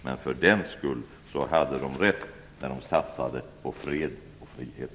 Men för den skull hade de rätt när de satsade på fred och frihet.